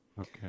okay